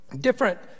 Different